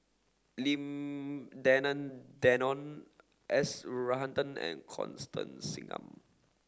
Lim Denan Denon S Varathan and Constance Singam